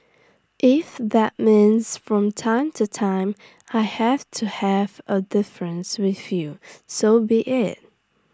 if that means from time to time I have to have A difference with you so be IT